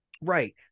Right